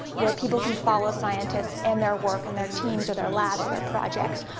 where people can follow scientists and their work, and their teams, or their labs, or their projects,